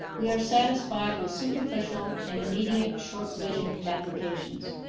we are satisfied with superficial and immediate short-visioned applications.